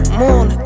moon